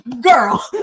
girl